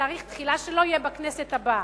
תאריך התחילה שלו יהיה בכנסת הבאה,